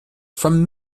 from